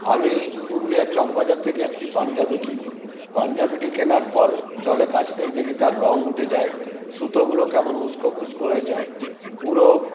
আমি পুরুলিয়ার চকবাজার থেকে একটি পাঞ্জাবি কিনি পাঞ্জাবিটি কেনার পর জলে কাচতেই দেখি তার রঙ উঠে যায় সুতোগুলো কেমন উসকোখুসকো হয়ে যায় পুরো